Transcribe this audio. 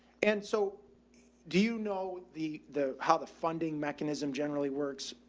and so do you know the, the, how the funding mechanism generally works?